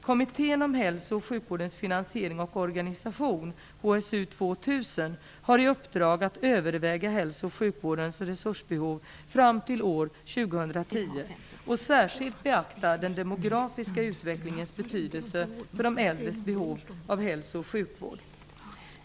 Kommittén om hälso och sjukvårdens finansiering och organisation, HSU 2 000, har i uppdrag att överväga hälso och sjukvårdens resursbehov fram till år 2010 och särskilt beakta den demografiska utvecklingens betydelse för de äldres behov av hälso och sjukvård.